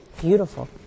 beautiful